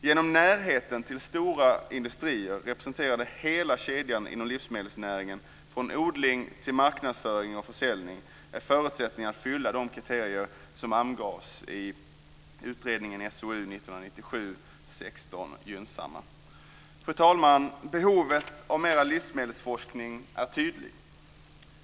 Genom närheten till stora industrier representerande hela kedjan inom livsmedelsnäringen, från odling till marknadsföring och försäljning, är förutsättningen att uppfylla de kriterier som angavs i utredningen SOU 1997:167 gynnsamma. Fru talman! Behovet av mera livsmedelsforskning är tydligt.